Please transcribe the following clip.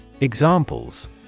examples